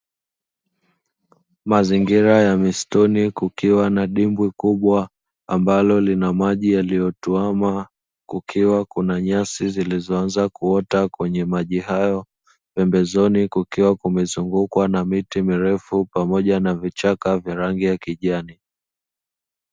Mazingira ya misituni kukiwa na dimbwi kubwa ambalo lina maji yaliyotuama, kukiwa kuna nyasi zilizoanza kuota kwenye maji hayo, pembezoni kukiwa kumezungukwa na miti mirefu pamoja na vichaka vya rangi ya kijani.